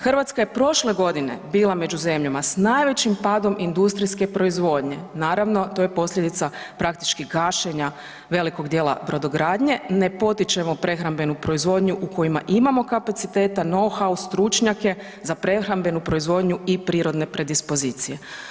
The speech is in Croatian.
Hrvatska je prošle godine bila među zemljama s najvećim padom industrijske proizvodnje, naravno to je posljedica praktički gašenja velikog dijela brodogradnje, ne potičemo prehrambenu proizvodnju u kojima imamo kapaciteta neuhaus stručnjake za prehrambenu proizvodnju i prirodne predispozicije.